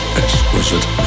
exquisite